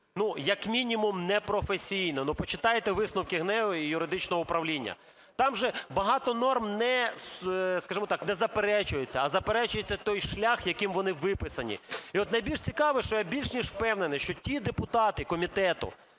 як мінімум непрофесійно, почитайте висновки ГНЕУ і юридичного управління. Там же багато норм, скажімо так, не заперечується, а заперечується той шлях, яким вони виписані. І найбільш цікаво, що я найбільш впевнений, що ті депутати комітету,